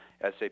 SAP